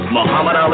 Muhammad